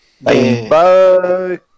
Bye